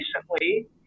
recently